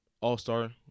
All-star